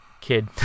kid